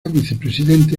vicepresidente